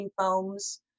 foams